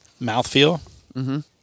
mouthfeel